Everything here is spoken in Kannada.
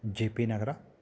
ಜೆ ಪಿ ನಗರ